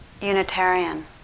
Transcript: Unitarian